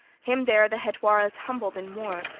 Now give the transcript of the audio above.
him there the hetwaras humbled in war,